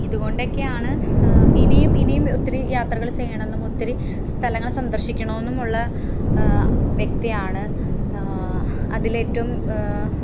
ഇത് കൊണ്ടൊക്കെയാണ് ഇനിയും ഇനിയും ഒത്തിരി യാത്രകൾ ചെയ്യണം എന്നും ഒത്തിരി സ്ഥലങ്ങൾ സന്ദർശിക്കണമെന്നുമുള്ള വ്യക്തിയാണ് അതിലേറ്റവും